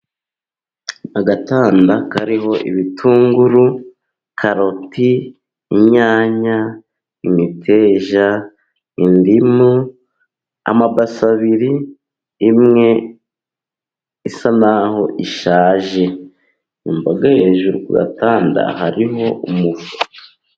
Agatanda kariho ibitunguru, karoti, inyanya, imiteja indimu, amabase abiri, imwe isa n'aho ishaje. Imboga hejuru, ku gatanda hariho umufuka.